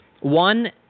One